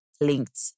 linked